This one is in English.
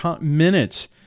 minutes